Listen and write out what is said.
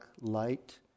light